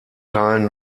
teilen